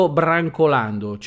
brancolando